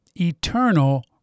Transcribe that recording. eternal